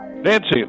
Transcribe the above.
Nancy